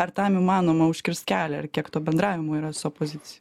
ar tam įmanoma užkirst kelią ir kiek to bendravimo yra su opozicija